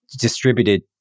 distributed